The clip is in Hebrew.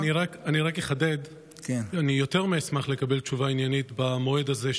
אני רק אחדד: אני יותר מאשמח לקבל תשובה עניינית במועד הזה,